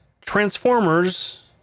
Transformers